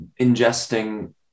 ingesting